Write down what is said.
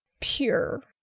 pure